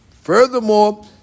Furthermore